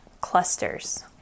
clusters